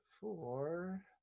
Four